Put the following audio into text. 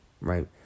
right